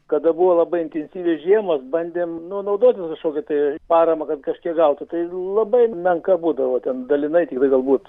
kada buvo labai intensyvios žiemos bandėm nu naudotis kažkokia tai parama kad kažkiek gautų tai labai menka būdavo ten dalinai tiktai galbūt